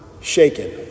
shaken